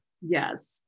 Yes